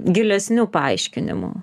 gilesnių paaiškinimų